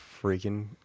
freaking